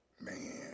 Man